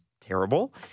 terrible